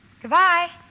goodbye